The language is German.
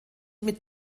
mit